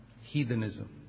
heathenism